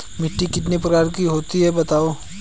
मिट्टी कितने प्रकार की होती हैं बताओ?